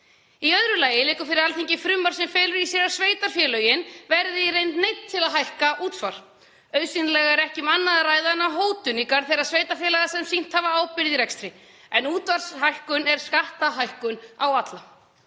Í öðru lagi liggur fyrir Alþingi frumvarp sem felur í sér að sveitarfélögin verði í reynd neydd til að hækka útsvar. Auðsýnilega er ekki um annað að ræða en hótun í garð þeirra sveitarfélaga sem sýnt hafa ábyrgð í rekstri, en útsvarshækkun er skattahækkun á alla.